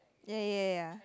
ya ya ya ya